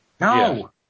No